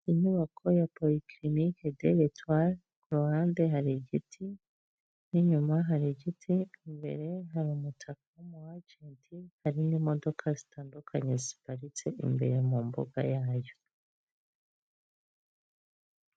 inyubako ya poliklinic de litware ku ruhande hari igiti n'inyuma hari igiti, imbere hari umutaka w'umu ajenti, hari n'imodoka zitandukanye ziparitse imbere mu mbuga yayo.